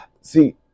See